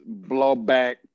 blowback